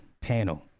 panel